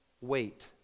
wait